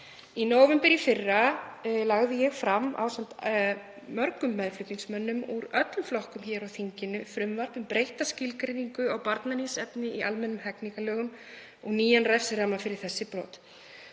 Í nóvember í fyrra lagði ég fram, ásamt mörgum meðflutningsmönnum úr öllum flokkum hér á þingi, frumvarp um breytta skilgreiningu á barnaníðsefni í almennum hegningarlögum og nýjan refsiramma fyrir slík brot.